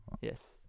Yes